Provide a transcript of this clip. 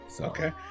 Okay